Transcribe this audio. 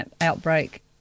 outbreak